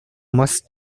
must